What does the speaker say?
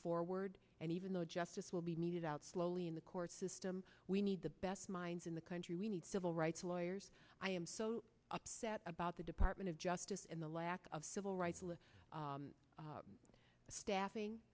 forward and even though justice will be meted out slowly in the court system we need the best minds in the country we need civil rights lawyers i am so upset about the department of justice and the lack of civil rights staffing